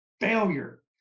Failure